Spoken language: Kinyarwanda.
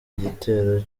igitero